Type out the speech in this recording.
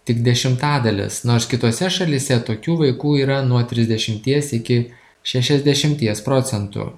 tik dešimtadalis nors kitose šalyse tokių vaikų yra nuo trisdešimties iki šešiasdešimties procentų